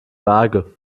waage